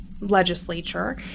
legislature